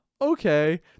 okay